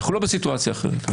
אנחנו לא בסיטואציה אחרת,